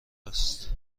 است